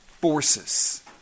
forces